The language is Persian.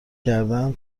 کردن